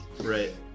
Right